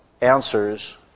answers